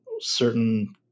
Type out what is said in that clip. certain